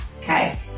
Okay